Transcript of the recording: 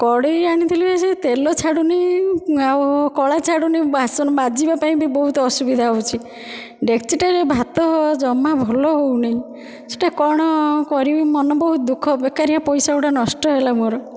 କଡ଼େଇ ଆଣିଥିଲି ଯେ ତେଲ ଛାଡ଼ୁନି ଆଉ କଳା ଛାଡ଼ୁନି ବାସନ ମାଜିବା ପାଇଁ ବି ବହୁତ ଅସୁବିଧା ହେଉଛି ଡେକ୍ଚିଟାରେ ଭାତ ଜମା ଭଲ ହେଉନି ସେଇଟା କ'ଣ କରିବି ମନ ବହୁତ ଦୁଃଖ ବେକାରିଆ ପଇସା ଗୁଡ଼ା ନଷ୍ଟ ହେଲା ମୋର